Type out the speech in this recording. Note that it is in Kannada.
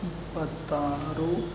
ಇಪ್ಪತ್ತಾರು